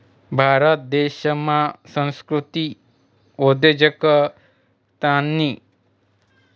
भारत देशमा सांस्कृतिक उद्योजकतानी